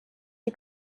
you